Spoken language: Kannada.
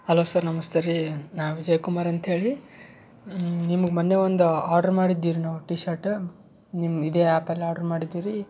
ಹಲೋ ಸರ್ ನಮಸ್ತೆ ರೀ ನಾವು ವಿಜಯ್ ಕುಮಾರು ಅಂತ್ಹೇಳಿ ನಿಮ್ಗೆ ಮೊನ್ನೆ ಒಂದು ಆರ್ಡ್ರ್ ಮಾಡಿದ್ದೀವಿ ರೀ ನಾವು ಟೀಶರ್ಟ ನಿಮ್ಮ ಇದೆ ಆ್ಯಪ್ ಅಲ್ಲಿ ಆರ್ಡ್ರ್ ಮಾಡಿದ್ದೀವಿ ರೀ